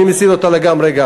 אני מסיר אותה לגמרי.